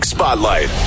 Spotlight